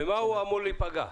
במה הוא אמור להיפגע?